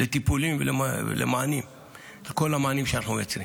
לטיפולים ולכל המענים שאנחנו נותנים.